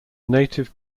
native